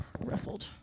ruffled